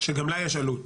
שגם לה יש עלות.